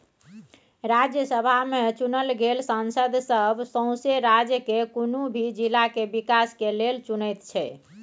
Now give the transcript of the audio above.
राज्यसभा में चुनल गेल सांसद सब सौसें राज्य केर कुनु भी जिला के विकास के लेल चुनैत छै